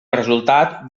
resultat